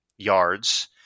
yards